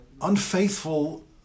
unfaithful